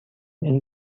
این